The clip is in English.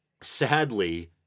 sadly